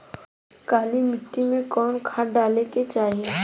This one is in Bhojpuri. काली मिट्टी में कवन खाद डाले के चाही?